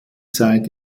zeit